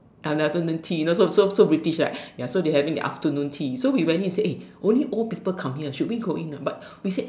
and the afternoon tea you know so so so British like ya so they having their afternoon tea so we went in and said eh only old people come here should we go in not but we said